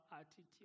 attitude